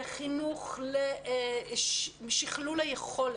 זה חינוך לשכלול היכולת,